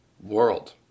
world